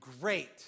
great